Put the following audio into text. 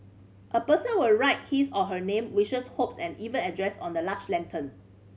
a person will write his or her name wishes hopes and even address on the large lantern